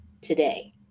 today